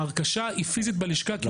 ההרכשה היא פיזית בלשכה.